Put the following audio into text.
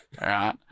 right